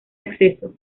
acceso